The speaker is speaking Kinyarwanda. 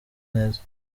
neza